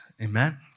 Amen